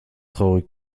traurig